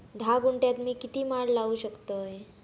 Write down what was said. धा गुंठयात मी किती माड लावू शकतय?